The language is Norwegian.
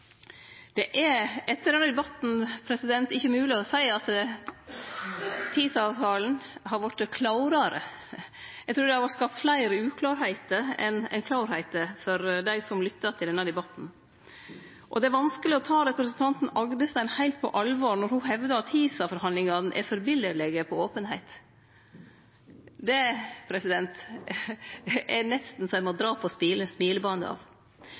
Etter denne debatten er det ikkje mogleg å seie at TISA-avtalen har vorte klarare. Eg trur det har vorte skapt meir uklarheit enn klarheit for dei som lyttar til denne debatten. Og det er vanskeleg å ta representanten Rodum Agdestein heilt på alvor når ho hevdar at TISA-forhandlingane er eit førebilete når det gjeld openheit. Det er nesten så eg må dra på